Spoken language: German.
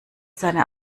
seine